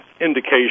indication